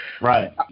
Right